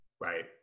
Right